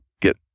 get